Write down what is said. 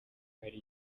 hari